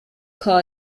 call